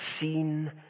seen